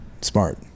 Smart